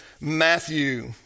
Matthew